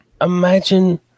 imagine